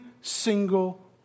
single